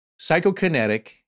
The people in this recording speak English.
psychokinetic